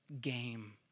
game